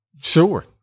Sure